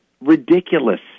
ridiculous